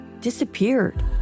disappeared